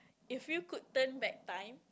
if you could turn back time